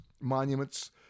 monuments